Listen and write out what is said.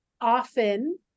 often